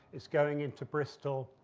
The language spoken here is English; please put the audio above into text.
it's going into bristol,